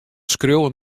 skriuwen